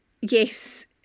yes